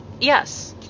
yes